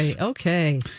Okay